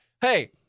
hey